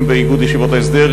אם באיגוד ישיבות ההסדר,